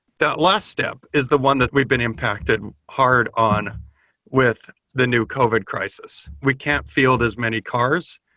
that last step is the one that we've been impacted hard on with the new covid crisis. we can't feel there're many cars.